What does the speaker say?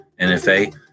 NFA